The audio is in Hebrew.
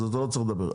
אתה לא צריך לדבר,